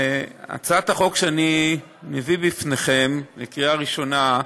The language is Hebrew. הצעת החוק שאני מביא בפניכם לקריאה ראשונה,